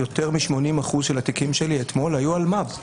יותר מ-80 אחוזים של התיקים שלי אתמול היו אלימות במשפחה.